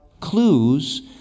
clues